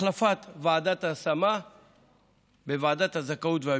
החלפת ועדת ההשמה בוועדת הזכאות והאפיון.